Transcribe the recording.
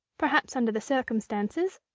perhaps under the circumstances,